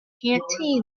canteen